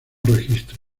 registro